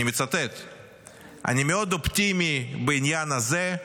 אני מאוד אופטימי בעניין הזה,